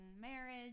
marriage